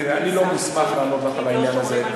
תראי, אני לא מוסמך לענות לך על העניין הזה.